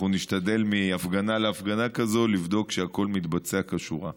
אנחנו נשתדל מהפגנה להפגנה כזאת לבדוק שהכול מתבצע כשורה.